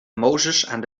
mozesaan